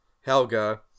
Helga